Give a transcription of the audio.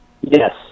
Yes